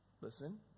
listen